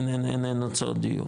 אין להם הוצאות דיור.